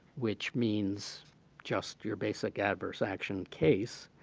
which means just your basic adverse action case,